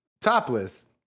topless